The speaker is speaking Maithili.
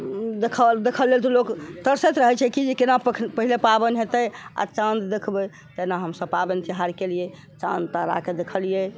देखल देखऽ लेल तऽ लोक तरसैत रहै छै की केना पहिले पाबनि हेतै आ चाँद देखबै तहिना हमसब पाबनि तिहार केलियै चाँद तारा के देखलियै